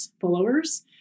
followers